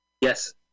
Yes